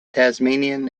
tasmanian